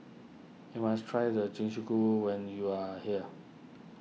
you must try the when you are here